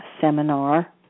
seminar